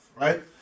Right